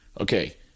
Okay